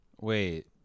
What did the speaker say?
Wait